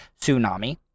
tsunami